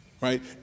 Right